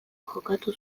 jokatu